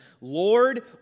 Lord